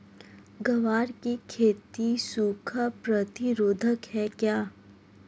ग्वार की खेती सूखा प्रतीरोधक है क्या?